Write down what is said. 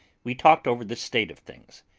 we talked over the state of things.